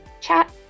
chat